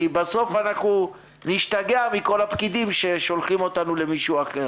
בסוף אנחנו נשתגע מכל הפקידים ששולחים אותנו למישהו אחר.